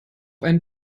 einen